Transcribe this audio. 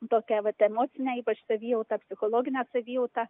tokią vat emocinę ypač savijautą psichologinę savijautą